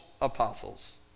apostles